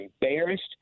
embarrassed